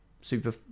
Super